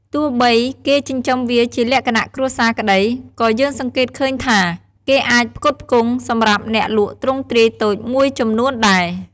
ទោះបីគេចិញ្ចឹមវាជាលក្ខណៈគ្រួសារក្ដី ក៏យើងសង្កេតឃើញថា គេអាចផ្គត់ផ្គង់សម្រាប់អ្នកលក់ទ្រង់ទ្រាយតូចមួយចំនួនដែរ។